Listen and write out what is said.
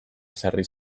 ezarri